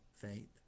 faith